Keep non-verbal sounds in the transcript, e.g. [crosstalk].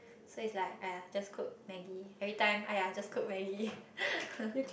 so is like !aiya! just cook Maggi every time !aiya! just cook Maggi [laughs]